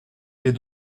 est